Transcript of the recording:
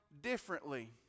differently